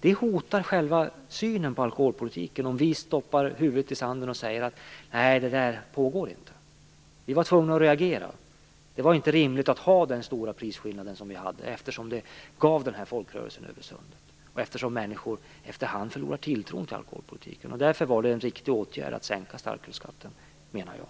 Det hotar själva synen på alkoholpolitiken om vi stoppar huvudet i sanden och påstår att detta inte pågår. Vi var tvungna att reagera. Det var inte rimligt att ha den stora prisskillnad som vi hade, eftersom den gav denna folkrörelse över sundet och eftersom människor efter hand förlorar tilltron till alkoholpolitiken. Därför var det en riktig åtgärd att sänka starkölsskatten, menar jag.